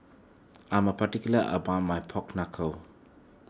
I'm particular about my Pork Knuckle